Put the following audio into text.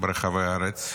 ברחבי הארץ.